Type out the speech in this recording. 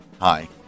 Hi